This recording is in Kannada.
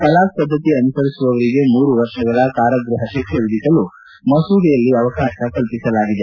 ತಲಾಖ್ ಪದ್ದತಿ ಅನುಸರಿಸುವವರಿಗೆ ಮೂರು ವರ್ಷಗಳ ಕಾರಾಗೃಹ ಶಿಕ್ಷೆ ವಿಧಿಸಲು ಮಸೂದೆಯಲ್ಲಿ ಅವಕಾಶ ಕಲ್ಪಿಸಲಾಗಿದೆ